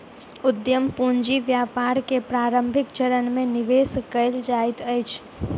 उद्यम पूंजी व्यापार के प्रारंभिक चरण में निवेश कयल जाइत अछि